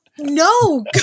No